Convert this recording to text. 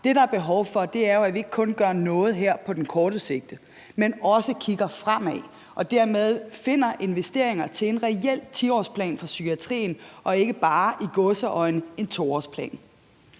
Det, der er behov for, er jo, at vi ikke kun gør noget her på kort sigt, men også kigger fremad og dermed finder investeringer til en reel 10-årsplan for psykiatrien og ikke bare – i gåseøjne – en 2-årsplan.